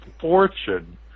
fortune